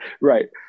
Right